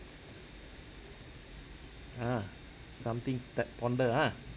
ah something to ponder ah